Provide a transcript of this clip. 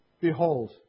Behold